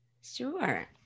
Sure